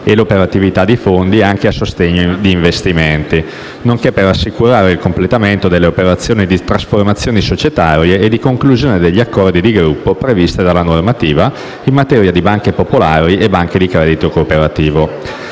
e l'operatività di fondi, anche a sostegno di investimenti, nonché per assicurare il completamento delle operazioni di trasformazioni societarie e di conclusione degli accordi di gruppo previste dalla normativa in materia di banche popolari e di banche di credito cooperativo.